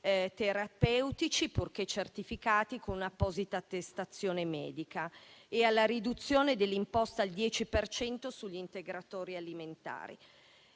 terapeutici, purché certificati con apposita attestazione medica, e alla riduzione dell'imposta al 10 per cento sugli integratori alimentari.